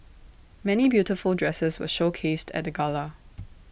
many beautiful dresses were showcased at the gala